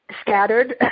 scattered